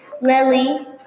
Lily